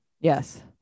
Yes